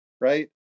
right